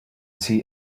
see